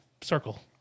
circle